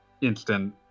instant